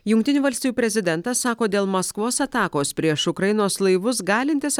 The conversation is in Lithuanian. jungtinių valstijų prezidentas sako dėl maskvos atakos prieš ukrainos laivus galintis